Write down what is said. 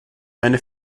eine